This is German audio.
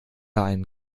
einen